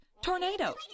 Tornado